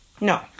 No